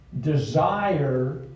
desire